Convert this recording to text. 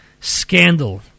Scandal